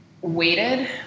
waited